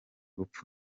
rupfu